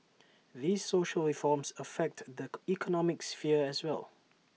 these social reforms affect the economic sphere as well